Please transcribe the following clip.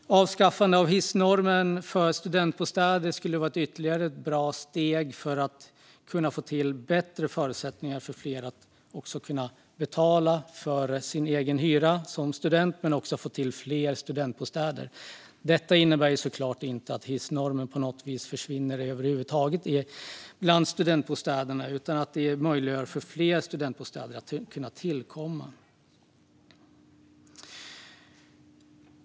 Avskaffande av hissnormen för studentbostäder skulle vara ytterligare ett bra steg för att ge fler studenter bättre förutsättningar att kunna betala sin egen hyra, men också för att få till fler studentbostäder. Det skulle såklart inte innebära att hissnormen försvinner helt och hållet för studentbostäder, men det skulle möjliggöra fler studentbostäder.